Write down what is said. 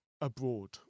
abroad